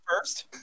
first